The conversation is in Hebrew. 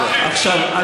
חיליק מבקש לא להחמיר,